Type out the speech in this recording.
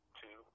two